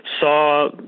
saw